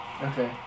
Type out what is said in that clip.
Okay